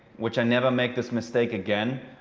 which i never make this mistake again,